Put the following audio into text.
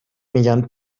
میگن